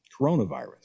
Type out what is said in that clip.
coronavirus